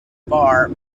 bar